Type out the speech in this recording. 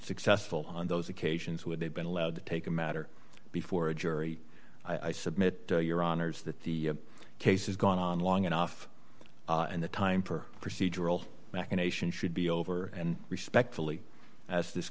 successful on those occasions when they've been allowed to take the matter before a jury i submit your honour's that the case has gone on long enough and the time for procedural machinations should be over and respectfully as this